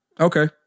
Okay